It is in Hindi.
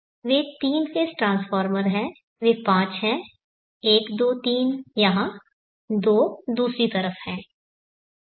वे 3 फेज़ ट्रांसफॉर्मर हैं वे 5 हैं 1 2 3 यहां और 2 दूसरी तरफ हैं